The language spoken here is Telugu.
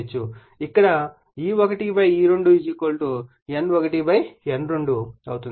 ఇక్కడ E1 E2 N1 N2 అవుతుంది